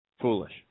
Foolish